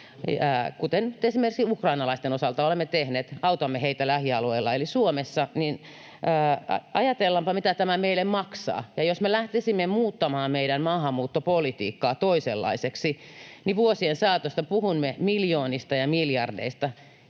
nyt esimerkiksi ukrainalaisten osalta olemme tehneet, autamme heitä lähialueilla eli Suomessa — niin ajatellaanpa, mitä tämä meille maksaa. Jos me lähtisimme muuttamaan meidän maahanmuuttopolitiikkaamme toisenlaiseksi, niin vuosien saatossa puhumme miljoonista ja miljardeista.